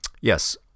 Yes